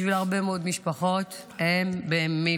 בשביל הרבה מאוד משפחות, הם במלחמה.